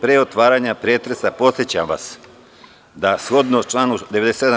Pre otvaranja pretresa, podsećam vas da, shodno članu 97.